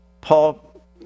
Paul